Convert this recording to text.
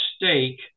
mistake